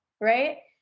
right